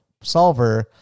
solver